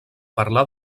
parlar